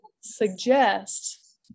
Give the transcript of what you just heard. suggest